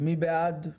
מי בעד?